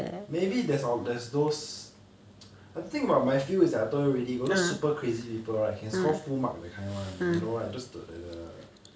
maybe there's al~ there's those the thing about my field is that I told you already got those super crazy people right can score full marks that kind one you know like those t~ the the